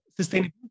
sustainability